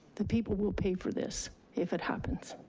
the people will pay for this if it happens.